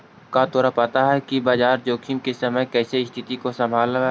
का तोरा पता हवअ कि बाजार जोखिम के समय में कइसे स्तिथि को संभालव